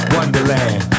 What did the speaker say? Wonderland